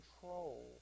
control